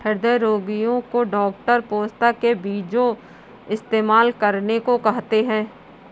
हृदय रोगीयो को डॉक्टर पोस्ता के बीजो इस्तेमाल करने को कहते है